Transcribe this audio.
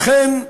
לכן,